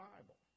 Bible